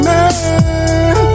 Man